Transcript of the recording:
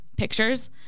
pictures